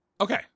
Okay